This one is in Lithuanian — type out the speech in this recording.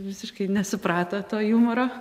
visiškai nesuprato to jumoro